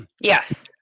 Yes